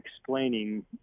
explaining